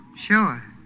Sure